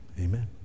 Amen